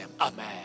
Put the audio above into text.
Amen